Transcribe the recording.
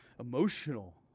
emotional